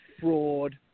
fraud